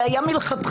זה היה מלכתחילה.